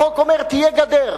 החוק אומר: תהיה גדר,